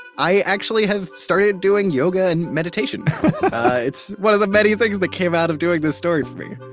i actually have started doing yoga and meditation. it's one of the many things that came out of doing this story for me.